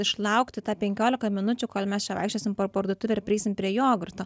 išlaukti tą penkiolika minučių kol mes čia vaikščiosim parduotuvę ir prieisim prie jogurto